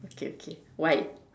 okay okay why